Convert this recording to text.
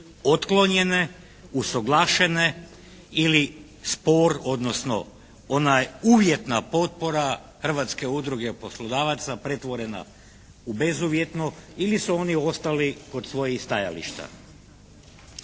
otklonjene, usuglašene ili spor odnosno ona uvjetna potpora Hrvatske udruge poslodavaca pretvorena u bezuvjetno ili su oni ostali kod svojih stajališta.